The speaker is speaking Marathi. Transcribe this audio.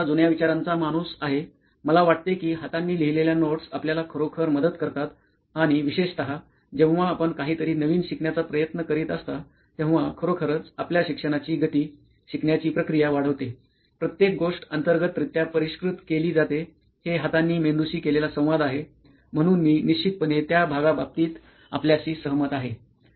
" मी थोडासा जुन्या विचारांचा माणूस आहे मला वाटते की हातांनी लिहिलेल्या नोट्स आपल्याला खरोखर मदत करतात आणि विशेषत जेव्हा आपण काहीतरी नवीन शिकण्याचा प्रयत्न करीत असता तेव्हा खरोखरच आपल्या शिक्षणाची गती शिकण्याची प्रक्रिया वाढवते प्रत्येक गोष्ट अंतर्गत रित्या परिष्कृत केली जाते हे हातांनी मेंदूशी केलेला संवाद आहे म्हणून मी निश्चितपणे त्या भागा बाबतीत आपल्याशी सहमत आहे